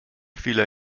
vieler